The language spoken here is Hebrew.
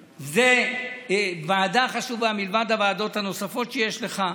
זו ועדה חשובה, מלבד הוועדות הנוספות שיש לך.